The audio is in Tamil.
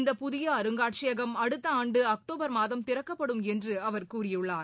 இந்த புதிய அருங்காட்சியகம் அடுத்த ஆண்டு அக்டோபர் மாதம் திறக்கப்படும் என்று அவர் கூறியுள்ளார்